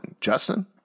Justin